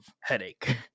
headache